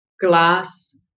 glass